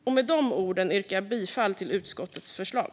Avslutningsvis yrkar jag bifall till utskottets förslag.